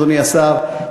אדוני השר,